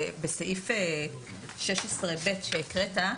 בסעיף 16(ב) שהקראת,